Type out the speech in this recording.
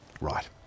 Right